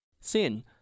Sin